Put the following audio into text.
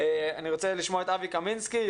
אני רוצה לשמוע את אבי קמינסקי,